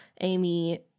Amy